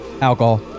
alcohol